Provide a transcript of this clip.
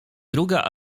druga